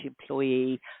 employee